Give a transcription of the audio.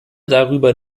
darüber